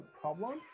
problem